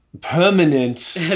permanent